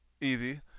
Easy